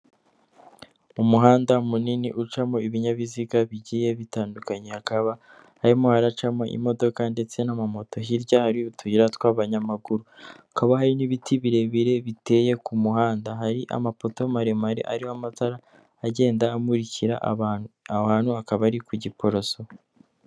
Umuhanda munini ucamo ibinyabiziga bigiye bitandukanye hakaba harimo haracamo imodoka ndetse n'amamoto hirya ari utuyira tw'abanyamaguru hakaba hari n'ibiti birebire biteye ku muhanda hari amapoto maremare ariho amatara agenda amurikira abantu ahantu hakaba ari ku Giporoso.